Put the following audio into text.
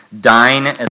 dine